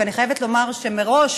אני חייבת לומר שמראש